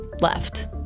left